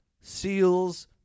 Seals